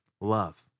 love